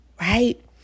Right